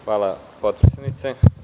Hvala potpredsednice.